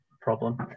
problem